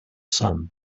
sun